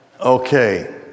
Okay